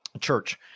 church